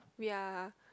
we're